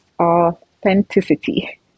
authenticity